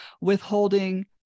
withholding